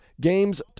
games